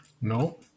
No